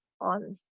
on